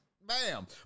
Bam